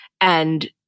And-